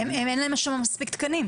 אין להם שם מספיק תקנים.